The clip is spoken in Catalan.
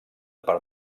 per